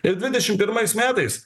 dvidešimt pirmais metais